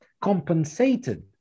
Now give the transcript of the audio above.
compensated